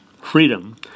freedom